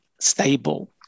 stable